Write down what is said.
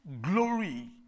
glory